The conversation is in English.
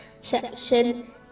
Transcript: section